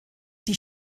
die